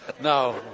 No